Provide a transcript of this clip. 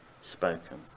spoken